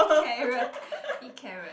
carrot eat carrot